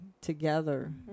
together